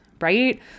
right